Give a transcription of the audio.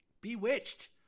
Bewitched